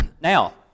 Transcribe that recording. Now